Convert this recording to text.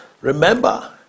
remember